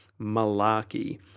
malarkey